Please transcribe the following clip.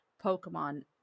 pokemon